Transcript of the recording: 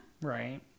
Right